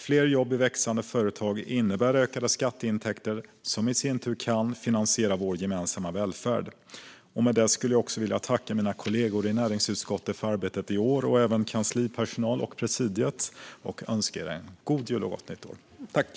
Fler jobb i växande företag innebär ökade skatteintäkter som i sin tur kan finansiera vår gemensamma välfärd. Med det skulle jag vilja tacka mina kollegor i näringsutskottet för arbetet i år, och även kanslipersonalen och presidiet. Jag önskar er en god jul och ett gott nytt år.